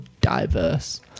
diverse